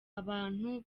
abantu